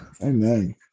Amen